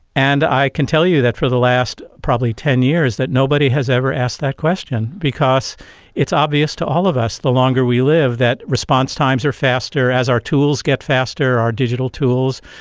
and i can tell you that for the last probably ten years, that nobody has ever asked that question because it's obvious to all of us the longer we live that response times are faster. as our tools get faster, our digital tools,